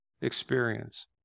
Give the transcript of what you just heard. experience